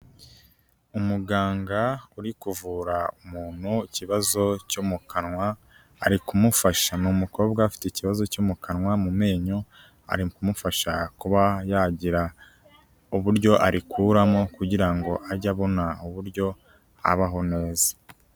Umuganga uri kuvura umuntu ikibazo cyo mu kanwa ari kumufasha, ni umukobwa ufite ikibazo cyo mu kanwa, mu menyo, ari kumufasha kuba yagira uburyo arikuramo kugira ngo ajye abona uburyo abaho neza.